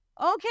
okay